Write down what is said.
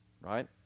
right